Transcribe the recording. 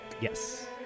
Yes